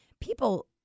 people